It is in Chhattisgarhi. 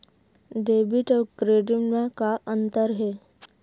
डेबिट अउ क्रेडिट म का अंतर हे?